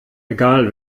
egal